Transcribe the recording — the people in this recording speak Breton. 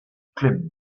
klemm